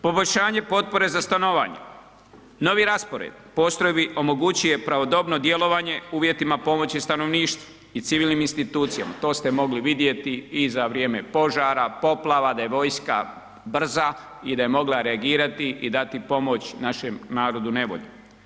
Poboljšanje potpore za stanovanje, novi raspored postrojbi omogućio je pravodobno djelovanje uvjetima pomoći stanovništvu i civilnim institucijama, to ste mogli vidjeti i za vrijeme požara, poplava da je vojska brza i da je mogla reagirati i dati pomoć našem narodu u nevolji.